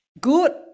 good